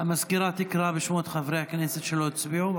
המזכירה תקרא בשמות חברי כנסת שלא הצביעו.